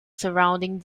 surrounding